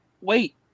wait